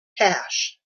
cash